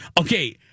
Okay